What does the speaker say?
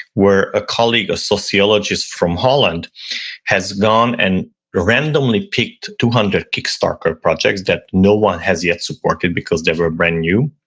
where a colleague, a sociologist from holland has gone and randomly picked two hundred kick starter projects that no one has yet supported because they were brand new